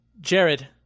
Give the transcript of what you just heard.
Jared